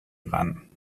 ran